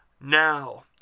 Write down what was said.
Now